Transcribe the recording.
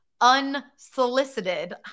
unsolicited